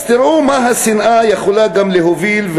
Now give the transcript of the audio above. אז תראו למה השנאה יכולה גם להוביל.